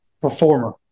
performer